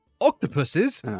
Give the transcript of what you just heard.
Octopuses